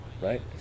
Right